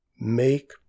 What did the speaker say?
Make